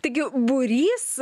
taigi būrys